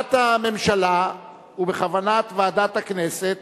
בכוונת הממשלה ובכוונת ועדת הכנסת